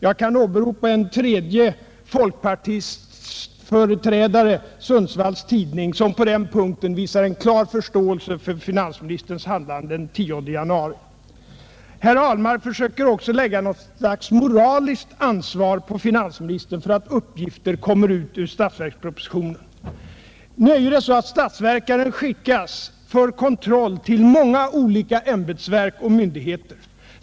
Jag kan här åberopa en tredje folkpartiföreträdare, Sundsvalls Tidning, som på denna punkt den 10 januari har visat klar förståelse för finansministerns handlande. Sedan försökte herr Ahlmark också lägga något slags moraliskt ansvar på finansministern för att uppgifter ur statsverkspropositionen läckte ut. Nu är det emellertid så att statsverkspropositionen skickas för kontroll till många ämbetsverk och myndigheter.